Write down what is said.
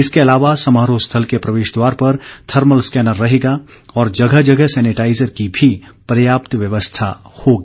इसके अलावा समारोह स्थल के प्रवेश द्वार पर थर्मल स्कैनर रहेगा और जगह जगह सैनिटाइज़र की भी पर्याप्त व्यवस्था होगी